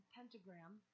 Pentagram